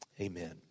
Amen